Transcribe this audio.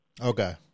Okay